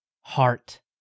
heart